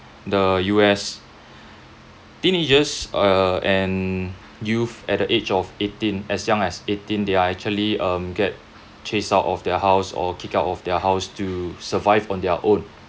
the U_S teenagers err and youth at the age of eighteen as young as eighteen they are actually um get chased out of their house or kicked out of their house to survive on their own